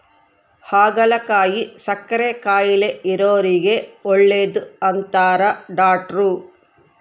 ಹಾಗಲಕಾಯಿ ಸಕ್ಕರೆ ಕಾಯಿಲೆ ಇರೊರಿಗೆ ಒಳ್ಳೆದು ಅಂತಾರ ಡಾಟ್ರು